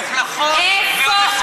אדוני,